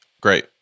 Great